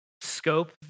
scope